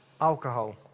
Alcohol